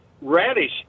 radish